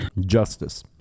justice